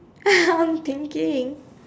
I'm thinking